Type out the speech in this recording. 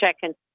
checking